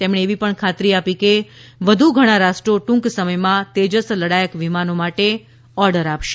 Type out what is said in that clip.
તેમણે એવી ખાતરી પણ આપી હતી કે વધુ ઘણા રાષ્ટ્રો ટ્રંક સમયમાં તેજસ લડાયક વિમાનો માટે ઓર્ડર આપશે